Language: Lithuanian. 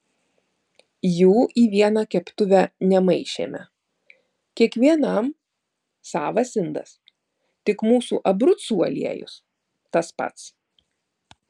jų į vieną keptuvę nemaišėme kiekvienam savas indas tik mūsų abrucų aliejus tas pats